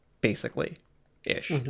basically-ish